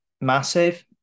massive